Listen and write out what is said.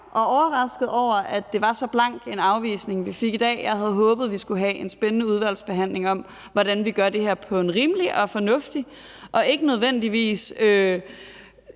og overrasket over, at det var så blank en afvisning, vi fik i dag. Jeg havde håbet, at vi skulle have en spændende udvalgsbehandling om, hvordan vi gør det her på en rimelig og fornuftig måde – det skal ikke nødvendigvis